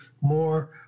more